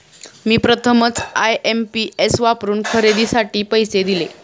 मी प्रथमच आय.एम.पी.एस वापरून खरेदीसाठी पैसे दिले